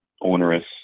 onerous